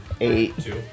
Eight